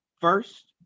First